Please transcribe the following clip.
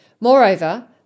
Moreover